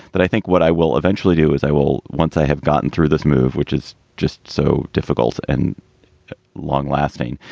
that i think what i will eventually do is i will once i have gotten through this move, which is just so difficult and long lasting.